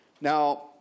Now